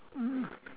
mm